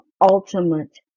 ultimate